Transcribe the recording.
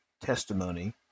testimony